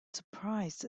surprised